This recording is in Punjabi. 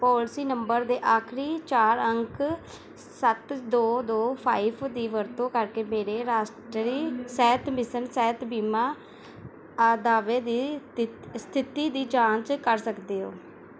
ਪਾਲਿਸੀ ਨੰਬਰ ਦੇ ਆਖਰੀ ਚਾਰ ਅੰਕ ਸੱਤ ਦੋ ਦੋ ਫਾਇਵ ਦੀ ਵਰਤੋਂ ਕਰਕੇ ਮੇਰੇ ਰਾਸ਼ਟਰੀ ਸਿਹਤ ਮਿਸ਼ਨ ਸਿਹਤ ਬੀਮਾ ਦਾਅਵੇ ਦੀ ਸਥਿਤੀ ਦੀ ਜਾਂਚ ਕਰ ਸਕਦੇ ਹੋ